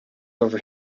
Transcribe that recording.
over